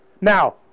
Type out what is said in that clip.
Now